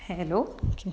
hello okay